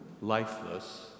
lifeless